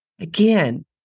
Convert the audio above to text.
Again